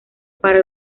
para